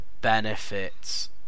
benefits